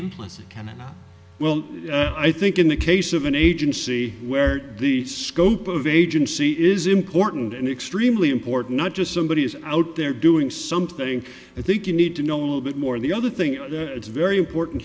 implicit can it well i think in the case of an agency where the scope of agency is important and extremely important not just somebody is out there doing something i think you need to know a little bit more the other thing it's very important